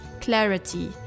clarity